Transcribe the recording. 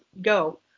go